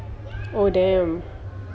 oh damn